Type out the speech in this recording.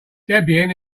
debian